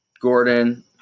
Gordon